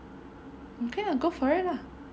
okay lah for it lah